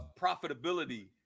profitability